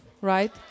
Right